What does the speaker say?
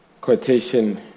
quotation